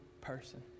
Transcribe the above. person